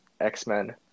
X-Men